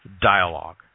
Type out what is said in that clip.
dialogue